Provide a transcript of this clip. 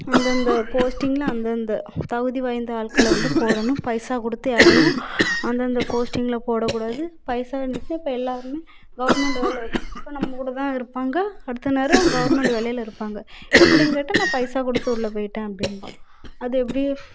அந்தந்த போஸ்டிங்கில் அந்தந்த தகுதி வாய்ந்த ஆட்கள வந்து போடணும் பைசா கொடுத்து யாரையும் அந்தந்த போஸ்டிங்கில் போடக்கூடாது பைசா வந்துட்னால் இப்போ எல்லோருமே கவர்மெண்ட் வேலை அப்போ நம்ம கூட தான் இருப்பாங்க அடுத்த நேரம் கவர்மெண்டு வேலையில் இருப்பாங்க எப்படின் கேட்டால் நான் பைசா கொடுத்து உள்ள போய்ட்டேன் அப்படின்பான் அது எப்படி